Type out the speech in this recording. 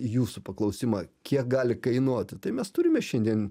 jūsų paklausimą kiek gali kainuoti tai mes turime šiandien